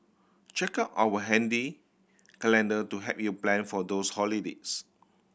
check out our handy calendar to help you plan for those holidays